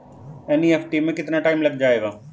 NEFT में कितना time लग जाएगा?